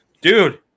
Dude